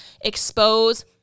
expose